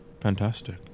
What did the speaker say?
fantastic